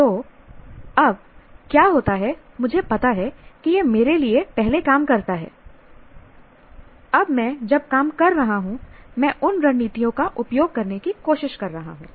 तो अब क्या होता है मुझे पता है कि यह मेरे लिए पहले काम करता था अब मैं जब काम कर रहा हूं मैं उन रणनीतियों का उपयोग करने की कोशिश कर रहा हूं